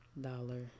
dollar